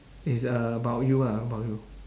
is about you ah about you